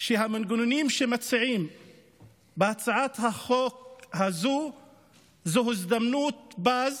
שהמנגנונים שמציעים בהצעת החוק הזאת הם הזדמנות פז לאוכלוסייה.